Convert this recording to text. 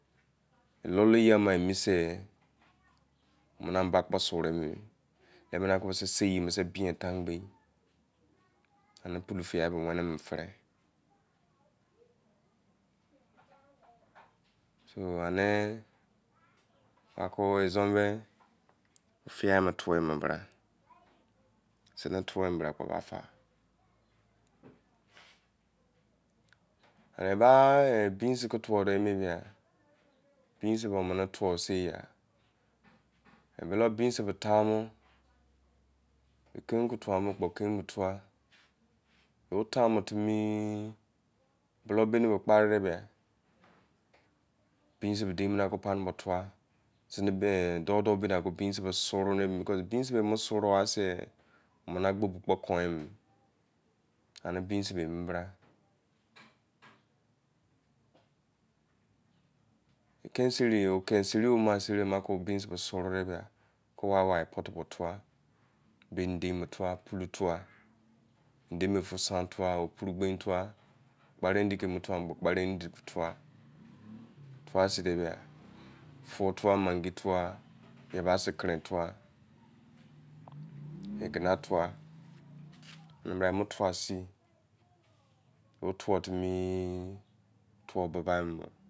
Yor lor yoi am men sei ene kpo son mena sen sen yei bo han tangbe ena polo fia wena free ane ku ne fia tho mene ba fa, eba beans ke tuo, beans toh tame kei ke tha kei fua ye-taimo timi bula-bini kpare de he, beans ke dimo pan na tua, zini doh bini beans bo sori beans bo sori sei emem agbu ke kon ene, ene beans ha mi bra kene sai or ma ben beans bo sori sa bini tua, idemfu opara ke fua kpare odi ke tha no kpare eu fi he the tua sa de-beh fou tha megai fua igene fua, fuo timi, fuo buba mene